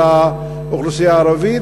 של האוכלוסייה הערבית,